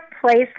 Place